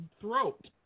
throat